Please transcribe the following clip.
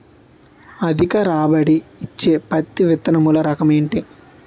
అధిక రాబడి ఇచ్చే పత్తి విత్తనములు రకం ఏంటి?